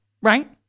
right